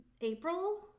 April